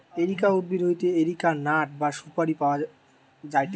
areca উদ্ভিদ হইতে areca nut বা সুপারি পাওয়া যায়টে